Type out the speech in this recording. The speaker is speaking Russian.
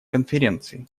конференции